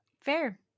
Fair